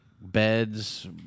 beds